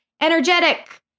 energetic